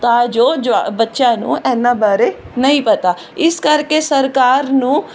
ਤਾਂ ਜੋ ਜੋ ਬੱਚਿਆਂ ਨੂੰ ਇਹਨਾਂ ਬਾਰੇ ਨਹੀਂ ਪਤਾ ਇਸ ਕਰਕੇ ਸਰਕਾਰ ਨੂੰ